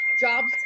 jobs